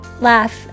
laugh